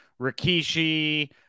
rikishi